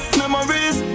memories